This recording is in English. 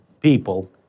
people